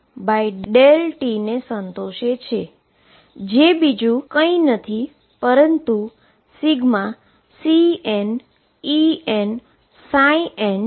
જે ∑Cniℏn∂t ને સંતોષે છે જે બીજું કઈ નથી પરંતુ ∑CnEnn છે